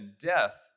death